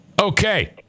Okay